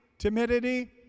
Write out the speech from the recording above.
timidity